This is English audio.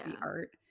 art